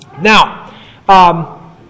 Now